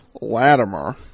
Latimer